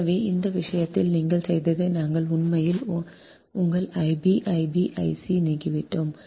எனவே இந்த விஷயத்தில் நீங்கள் செய்ததை நாங்கள் உண்மையில் உங்கள் I b I b I c நீக்கிவிட்டோம்